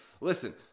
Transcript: Listen